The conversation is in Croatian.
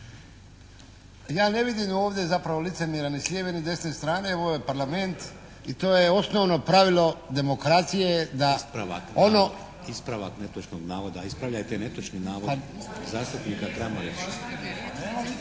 Ja ne vidim ovdje zapravo licemjera ni s lijeve ni s desne strane, ovo je Parlament i to je osnovno pravilo demokracije da … **Šeks, Vladimir (HDZ)** Ispravak netočnog navoda. Ispravljajte netočni navod zastupnika Kramarića.